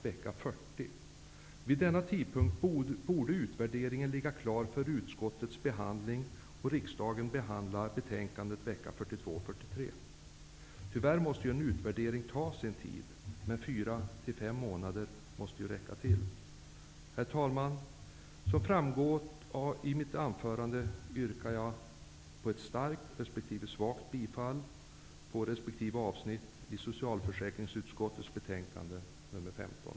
Vid denna tidpunkt borde utvärderingen ligga klar för utskottsbehandling, och riksdagen kunde behandla betänkandet i vecka 42 och 43. Tyvärr måste en utvärdering ta sin tid, men fyra till fem månader måste ju räcka till. Herr talman! Som framgår av mitt anförande yrkar jag ett starkt resp. svagt bifall på resp. avsnitt i socialförsäkringsutskottets betänkande 15.